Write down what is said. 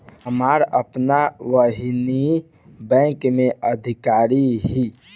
हमार आपन बहिनीई बैक में अधिकारी हिअ